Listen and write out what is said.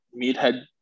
meathead